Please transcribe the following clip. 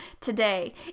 today